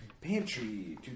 Pantry